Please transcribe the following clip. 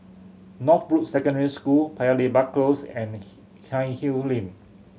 Northbrooks Secondary School Paya Lebar Close and Lane